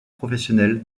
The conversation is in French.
professionnel